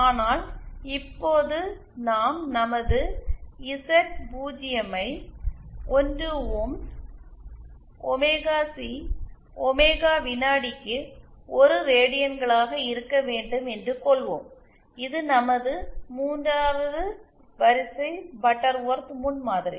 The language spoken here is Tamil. ஆனால் இப்போது நாம் நமது இசட்0 ஐ 1 ஓம்ஸ் ஒமேகா சி ஒமேகா வினாடிக்கு 1 ரேடியன்களாக இருக்க வேண்டும் என்று கொள்வோம் இது நமது 3 வது வரிசை பட்டர்வொர்த் முன்மாதிரி